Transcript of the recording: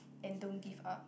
and don't give up